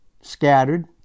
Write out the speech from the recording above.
scattered